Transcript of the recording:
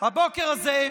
הבוקר הזה,